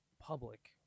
public